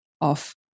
off